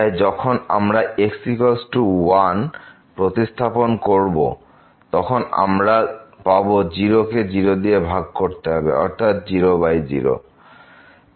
তাই যখন আমরা x1 প্রতিস্থাপন করব তখন আমরা পাব 0 কে 0 দিয়ে ভাগ করতে হবে অর্থাৎ 00